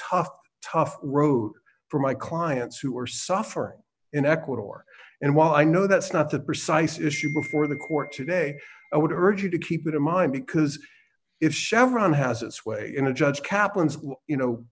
tough tough road for my clients who are suffering in ecuador and while i know that's not the precise issue before the court today i would urge you to keep it in mind because if chevron has its way in a judge